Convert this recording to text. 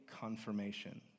confirmation